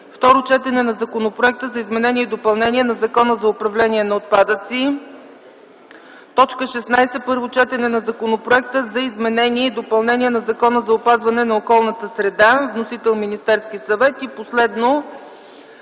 Второ четене на Законопроекта за изменение и допълнение на Закона за управление на отпадъците. 16. Първо четене на Законопроекта за изменение и допълнение на Закона за опазване на околната среда. Вносител - Министерският съвет. 17.